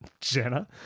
Jenna